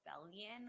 rebellion